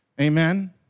Amen